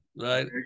right